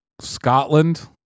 Scotland